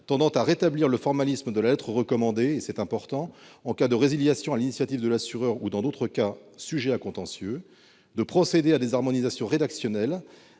d'abord, à rétablir le formalisme de la lettre recommandée- chose importante -en cas de résiliation sur l'initiative de l'assureur ou dans d'autres cas sujets à contentieux ; ensuite, à opérer des harmonisations rédactionnelles